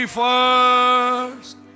first